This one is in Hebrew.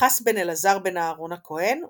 פינחס בן אלעזר בן אהרן הכהן ובניו.